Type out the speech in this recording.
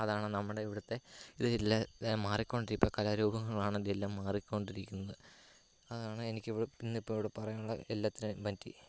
അതാണ് നമ്മുടെ ഇവിടുത്തെ മാറിക്കൊണ്ട് ഇപ്പോൾ കലാരൂപങ്ങളാണെങ്കിലും എല്ലാം മാറിക്കൊണ്ടിരിക്കുന്നത് അതാണ് എനിക്ക് ഇന്നിപ്പോൾ ഇവിടെ പറയാനുള്ളത് എല്ലാത്തിനെയും പറ്റി